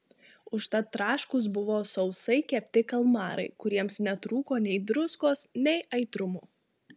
užtat traškūs buvo sausai kepti kalmarai kuriems netrūko nei druskos nei aitrumo